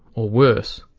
or worse,